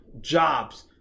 jobs